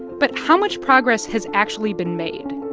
but how much progress has actually been made?